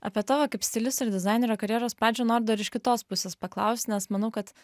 apie tavo kaip stilisto ir dizainerio karjeros pradžią noriu dar iš kitos pusės paklaust nes manau kad